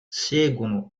seguono